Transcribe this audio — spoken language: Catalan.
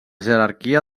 jerarquia